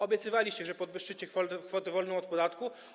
Obiecywaliście, że podwyższycie kwotę wolną od podatku.